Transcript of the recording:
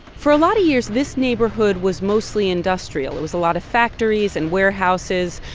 for a lot of years, this neighborhood was mostly industrial. it was a lot of factories and warehouses.